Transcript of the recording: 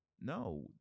no